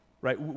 Right